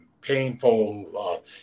painful